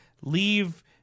leave